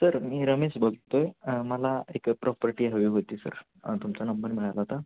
sir मी रमेश बोलतो आहे मला एक प्रॉपर्टी हवी होती सर तुमचा नंबर मिळाला होता